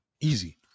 Easy